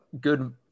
good